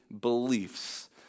beliefs